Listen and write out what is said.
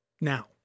now